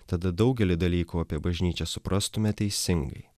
tada daugelį dalykų apie bažnyčią suprastume teisingai